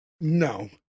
No